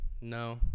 no